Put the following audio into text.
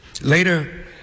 Later